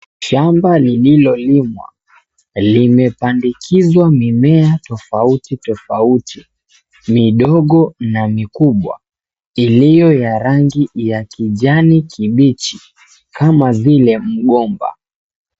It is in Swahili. Shamba liilolimwa limepandikizwa mimea tofauti tofauti midogo na mikubwa ilio ya rangi ya kijani kibichi kama vile mgomba.